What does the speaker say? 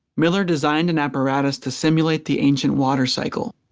miller designed an apparatus to simulate the ancient water cycle.